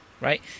right